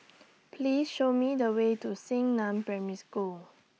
Please Show Me The Way to Xingnan Primary School